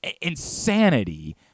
insanity